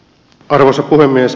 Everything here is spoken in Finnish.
arvoisa puhemies